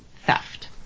theft